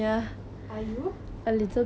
oh so how are you scoring